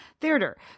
theater